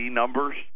numbers